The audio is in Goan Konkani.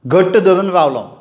घट्ट धरून रावलो